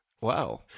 Wow